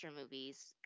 movies